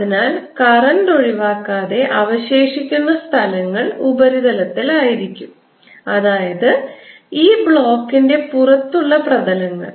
അതിനാൽ കറന്റ് ഒഴിവാക്കാതെ അവശേഷിക്കുന്ന സ്ഥലങ്ങൾ ഉപരിതലത്തിലായിരിക്കും അതായത് ഈ ബ്ലോക്കിന്റെ പുറത്തുള്ള പ്രതലങ്ങൾ